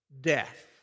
death